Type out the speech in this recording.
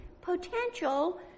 potential